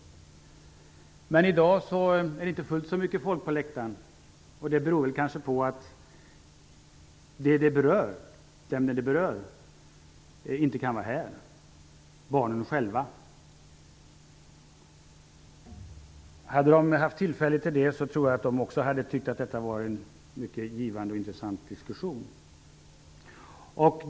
I dag är det inte fullt så mycket folk på läktaren, och det beror kanske på att de som berörs inte kan vara här, dvs. barnen själva. Om de hade haft tillfälle att vara här tror jag att de också hade tyckt att det var en mycket givande och intressant diskussion.